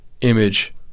image